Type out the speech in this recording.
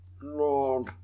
Lord